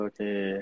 Okay